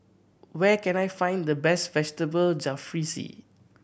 where can I find the best Vegetable Jalfrezi